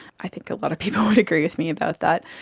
i think a lot of people would agree with me about that.